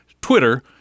Twitter